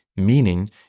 meaning